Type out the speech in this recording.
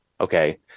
okay